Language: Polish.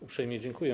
Uprzejmie dziękuję.